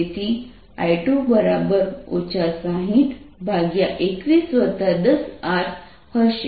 તેથી I2 602110R હશે